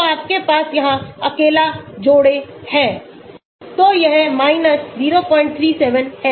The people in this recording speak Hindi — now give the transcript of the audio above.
तो आपके पास यहाँ अकेला जोड़े हैंतो यह 037 है